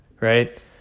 right